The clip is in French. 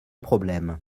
problème